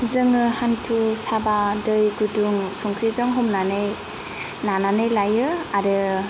जोङो हान्थु साबा दै गुदुं संख्रिजों हमनानै नानानै लायो आरो